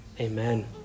Amen